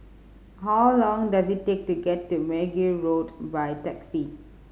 how long does it take to get to Mergui Road by taxi